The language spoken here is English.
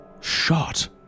shot